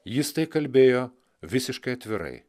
jis tai kalbėjo visiškai atvirai